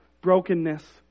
brokenness